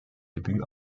debüt